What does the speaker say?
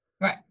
Right